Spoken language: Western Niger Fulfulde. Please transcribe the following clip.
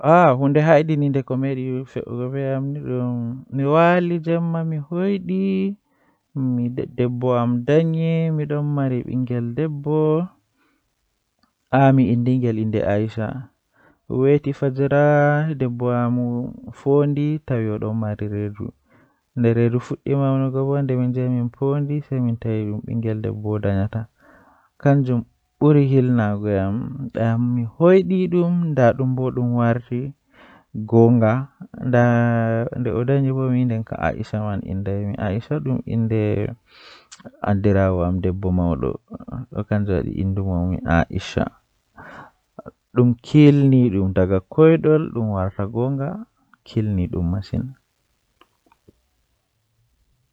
Eh to miɗon fotta be sobiraaɓe am ɓurnaa pat Miɗo waɗi yiɗi jooɗi e hoore kadi mi waɗi nder ko waɗi fi, sabu mi yiɗi jokkondirɗe kadi njogii no waawugol. Miɗo yiɗi wonde e hoore miɗo waɗi saama e hoore ndee